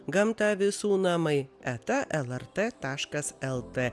gamta visų namai eta el er t taškas el tė